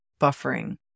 buffering